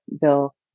Bill